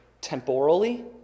temporally